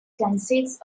consists